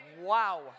Wow